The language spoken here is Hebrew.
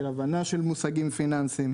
של הבנה של מושגים פיננסיים,